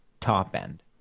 top-end